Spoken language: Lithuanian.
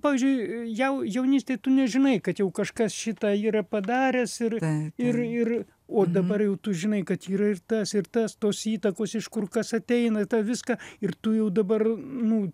pavyzdžiui jau jaunystėj tu nežinai kad jau kažkas šitą yra padaręs ir ir ir o dabar jau tu žinai kad yra ir tas ir tas tos įtakos iš kur kas ateina į tą viską ir tu jau dabar nu